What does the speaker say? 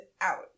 out